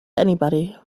anybody